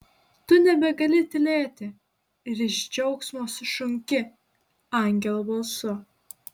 tu nebegali tylėti ir iš džiaugsmo sušunki angelo balsu